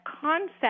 concept